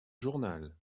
journal